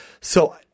So-